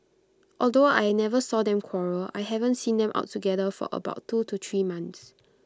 although I never saw them quarrel I haven't seen them out together for about two to three months